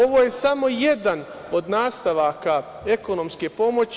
Ovo je samo jedan od nastavaka ekonomske pomoći.